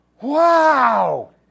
Wow